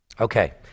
Okay